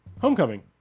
Homecoming